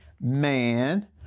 man